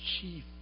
chief